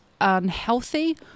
unhealthy